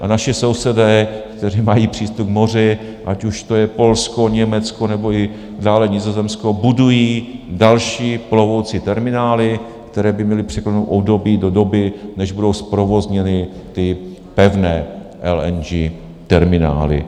A naši sousedé, kteří mají přístup k moři, ať už to je Polsko, Německo nebo i dále Nizozemsko, budují další plovoucí terminály, které by měly překlenout období do doby, než budou zprovozněny ty pevné LNG terminály.